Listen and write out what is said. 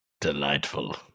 Delightful